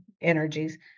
energies